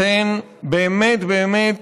אתן באמת באמת